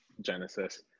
Genesis